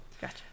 Gotcha